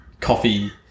coffee